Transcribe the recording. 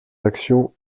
action